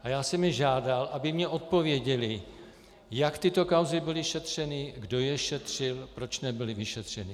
A já jsem je žádal, aby mi odpověděli, jak tyto kauzy byly šetřeny, kdo je šetřil, proč nebyly vyšetřeny.